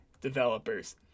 developers